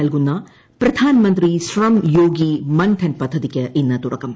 നൽകുന്ന പ്രധാൻമന്ത്രി ശ്രം യോഗി മൻധൻ പദ്ധതിക്ക് ഇന്ന് തൂടക്കം